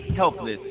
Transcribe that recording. Helpless